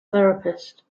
therapist